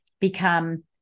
become